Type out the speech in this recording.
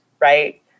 right